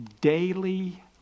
daily